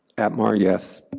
atmar, yes.